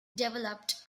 developed